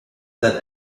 that